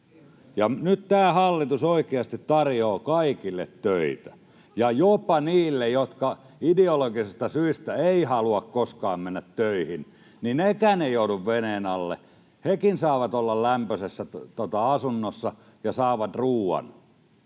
Nyt tämä hallitus oikeasti tarjoaa kaikille töitä, ja jopa nekään, jotka ideologisista syistä eivät halua koskaan mennä töihin, eivät joudu veneen alle. Hekin saavat olla lämpöisessä asunnossa ja saavat ruuan.